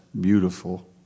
beautiful